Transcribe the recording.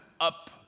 up